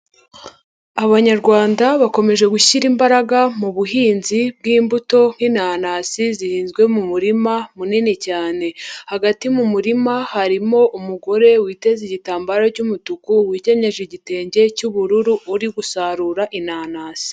Abanyarwanda bakomeje gushyira imbaraga mu buhinzi bw'imbuto nk'inanasi zihinzwe mu murima munini cyane. Hagati mu murima, harimo umugore witeze igitambaro cy'umutuku, wikenyeje igitenge cy'ubururu, uri gusarura inanasi.